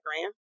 grand